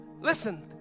listen